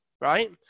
right